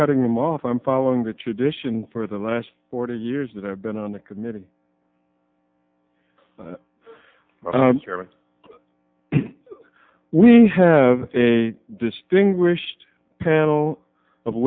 cutting them off i'm following the tradition for the last forty years that i've been on the committee chairman we have a distinguished panel o